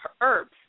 herbs